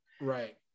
right